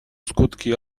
skutki